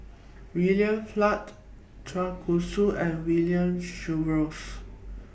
William Flint Chua Koon Siong and William Jervois